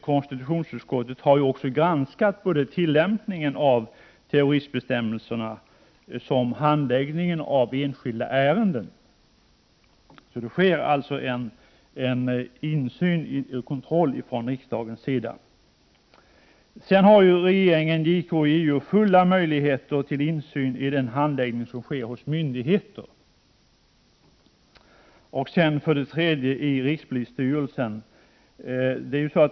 Konstitutionsutskottet har också granskat både tillämpningen av terroristbestämmelserna och handläggningen av enskilda ärenden. Det sker alltså en kontroll från riksdagens sida. Dessutom har såväl regeringen som JK och JO fulla möjligheter till insyn i den handläggning som sker hos myndigheterna.